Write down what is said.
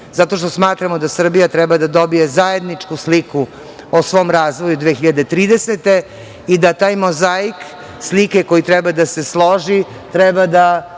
zato što smatramo da Srbija treba da dobije zajedničku sliku o svom razvoju 2030. godine i da taj mozaik, slike koji treba da složi, treba da